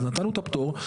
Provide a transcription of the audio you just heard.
אז נתנו את הפטור,